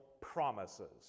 promises